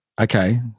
Okay